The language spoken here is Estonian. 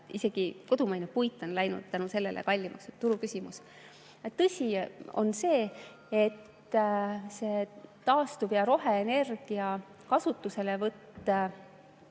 Isegi kodumaine puit on läinud tänu sellele kallimaks. See on turuküsimus. Tõsi on see, et taastuv‑ ja roheenergia kasutuselevõttu